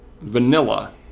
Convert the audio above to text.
vanilla